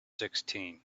sixteen